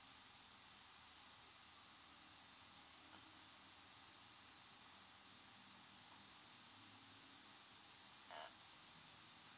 uh